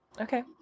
Okay